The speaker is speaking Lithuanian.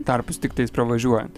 tarpais tiktais pravažiuojant